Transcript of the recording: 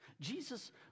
Jesus